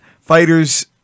fighters